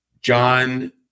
John